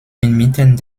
inmitten